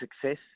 success